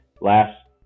last